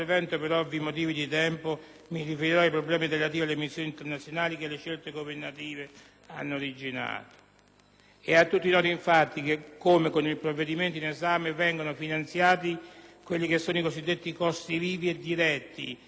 È a tutti noto, infatti, come con il provvedimento in esame vengano finanziati quelli che sono i cosiddetti costi vivi e diretti e che per la copertura complessiva delle missioni internazionali si debba far ricorso al bilancio ordinario della Difesa.